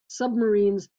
submarines